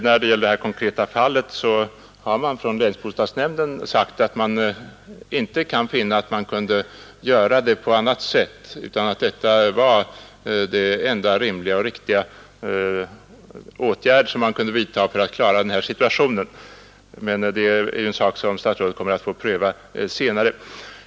När det gäller det konkreta fall som jag har tagit upp har länsbostadsnämnden sagt att den inte kunde finna att bostaden kunde inrättas på något annat sätt utan att de planerade åtgärderna var de enda rimliga och riktiga för att klara situationen. Men detta kommer ju statsrådet att få pröva senare.